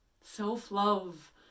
Self-love